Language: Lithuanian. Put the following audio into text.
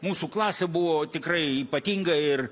mūsų klasė buvo tikrai ypatinga ir